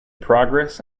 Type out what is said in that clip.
progress